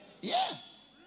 Yes